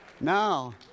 now